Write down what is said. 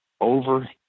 over